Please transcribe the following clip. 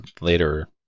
later